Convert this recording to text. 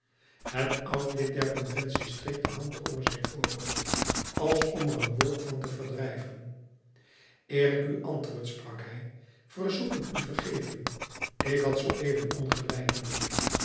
het oud lid der conventie streek de hand over zijn voorhoofd als om er een wolk van te verdrijven eer ik u antwoord sprak hij verzoek ik u vergeving ik had zooeven ongelijk mijnheer